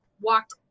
walked